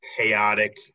chaotic